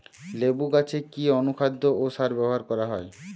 লেবু গাছে কি অনুখাদ্য ও সার ব্যবহার করা হয়?